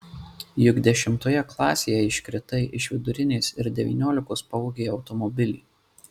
juk dešimtoje klasėje iškritai iš vidurinės ir devyniolikos pavogei automobilį